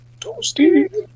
Toasty